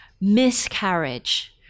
miscarriage